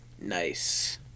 Nice